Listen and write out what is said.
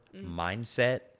mindset